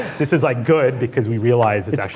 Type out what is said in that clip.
this is like good because we realize it's actually